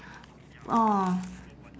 orh